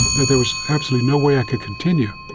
there was absolutely no way i could continue,